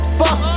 fuck